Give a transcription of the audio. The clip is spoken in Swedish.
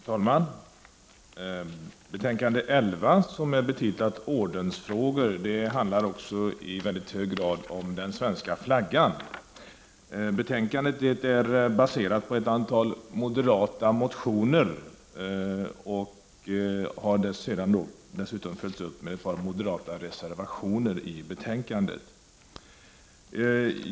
Fru talman! Betänkandet KU11, som är betitlat Ordensfrågor m.m., handlar också i väldigt hög grad om den svenska flaggan. Betänkandet är baserat på ett antal moderatmotioner, som följts upp med ett par moderatreservationer till betänkandet.